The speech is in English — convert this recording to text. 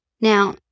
Now